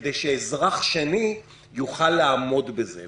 כדי שאזרח שני יוכל לעמוד בזה.